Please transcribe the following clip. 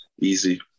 easy